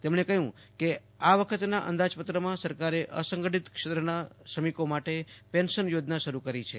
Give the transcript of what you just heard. તેમણે કહ્યું કે આ વખતના અંદાજપત્રમાં સરકારે અસંગઠિત ક્ષેત્રના શ્રમિકો માટે પેન્શન યોજના શરૂ કરી છે